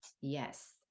Yes